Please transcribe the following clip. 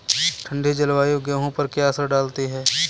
ठंडी जलवायु गेहूँ पर क्या असर डालती है?